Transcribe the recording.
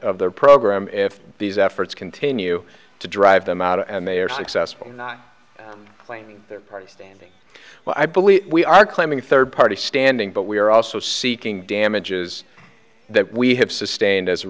of their program if these efforts continue to drive them out and they are successful not playing their party standing well i believe we are claiming third party standing but we are also seeking damages that we have sustained as a